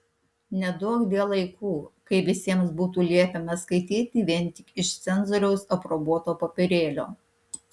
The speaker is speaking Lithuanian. neduokdie laikų kai visiems būtų liepiama skaityti vien tik iš cenzoriaus aprobuoto popierėlio